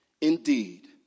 Indeed